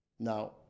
Now